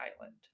island